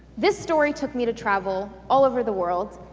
this story took me to travel all over the world,